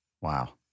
Wow